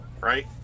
right